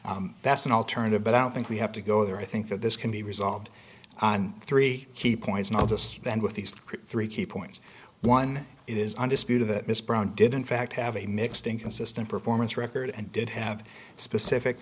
so that's an alternative but i don't think we have to go there i think that this can be resolved on three key points not just then with these pretty three key points one it is undisputed that miss brown did in fact have a mixed inconsistent performance record and did have specific